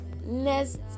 next